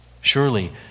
Surely